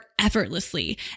effortlessly